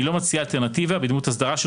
היא לא מציעה אלטרנטיבה בדמות הסדרה של